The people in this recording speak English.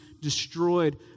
destroyed